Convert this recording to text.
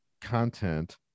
content